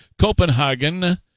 Copenhagen